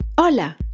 Hola